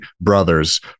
brothers